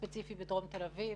הספציפי בדרום תל אביב.